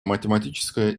математическая